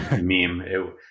meme